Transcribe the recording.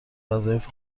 وظایف